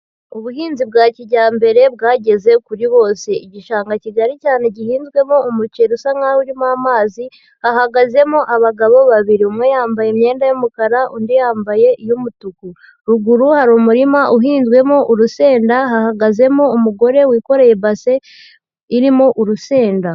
Ubuhinzi bwa kijyambere bwageze kuri bose. Igishanga kigari cyane gihinzwemo umuceri usa nkaho urimo amazi, hahagazemo abagabo babiri. Umwe yambaye imyenda y'umukara, undi yambaye iy'umutuku. Ruguru hari umurima uhinzwemo urusenda, hahagazemo umugore wikoreye ibase irimo urusenda.